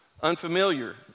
unfamiliar